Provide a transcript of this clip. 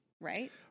Right